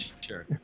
Sure